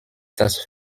das